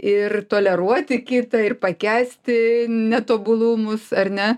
ir toleruoti kitą ir pakęsti netobulumus ar ne